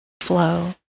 flow